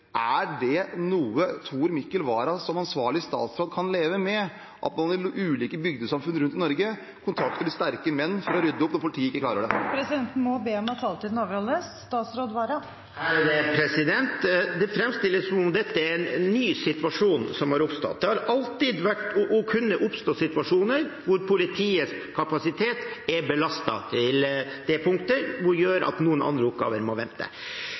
Er det noe Tor Mikkel Vara som ansvarlig statsråd kan leve med, at man i ulike bygdesamfunn rundt i Norge kontakter sterke menn, for å rydde opp når politiet ikke klarer det? Presidenten må be om at taletiden overholdes. Det framstilles som om det er en ny situasjon som har oppstått. Det har alltid vært – og har kunnet oppstå – situasjoner hvor politiets kapasitet er belastet til et punkt som gjør at noen andre oppgaver må vente.